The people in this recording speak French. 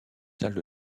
salles